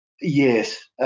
Yes